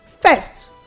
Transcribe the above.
first